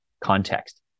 context